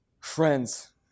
Friends